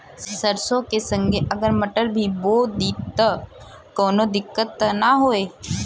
सरसो के संगे अगर मटर भी बो दी त कवनो दिक्कत त ना होय?